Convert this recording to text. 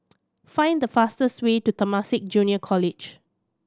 find the fastest way to Temasek Junior College